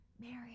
Mary